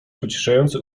pocieszający